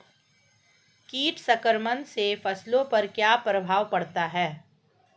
कीट संक्रमण से फसलों पर क्या प्रभाव पड़ता है?